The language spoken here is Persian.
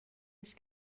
است